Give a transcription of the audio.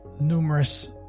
numerous